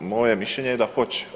Moje mišljenje je da hoće.